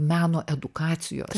meno edukacijos